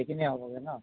এইখিনিয়ে হ'বগৈ ন